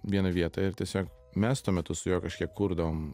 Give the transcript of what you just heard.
vieną vietą ir tiesiog mes tuo metu su juo kažkiek kurdavom